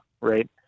right